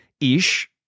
ish